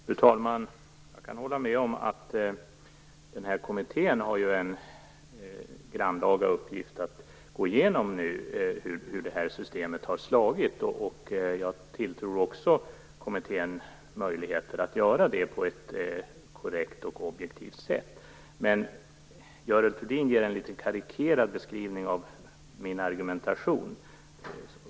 Fru talman! Jag kan hålla med om att kommittén har en grannlaga uppgift att gå igenom hur systemet har slagit. Jag tilltror kommittén möjligheter att göra det på ett korrekt och objektivt sätt. Men Görel Thurdin gör en litet karikerad beskrivning av min argumentation.